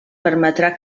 permetrà